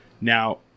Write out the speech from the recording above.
Now